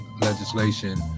legislation